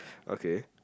okay